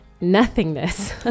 nothingness